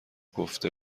گفته